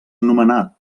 nomenat